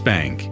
Bank